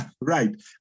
Right